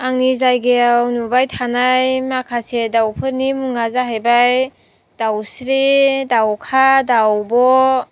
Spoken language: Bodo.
आंनि जायगायाव नुबाय थानाय माखासे दावफोरनि मुङा जाहैबाय दावस्रि दावखा दावब'